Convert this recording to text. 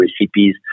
recipes